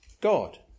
God